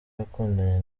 yakundanye